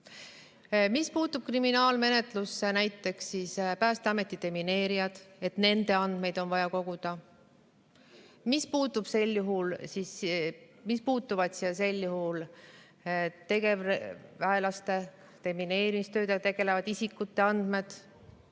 Kuidas puutuvad kriminaalmenetlusse näiteks Päästeameti demineerijad, et nende andmeid on vaja koguda? Mis puutuvad siia sel juhul tegevväelaste, demineerimistöödega tegelevate isikute andmed?